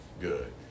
Good